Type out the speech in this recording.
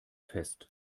fest